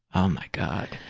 oh, my god.